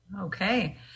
Okay